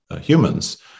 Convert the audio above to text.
humans